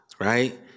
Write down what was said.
right